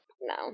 no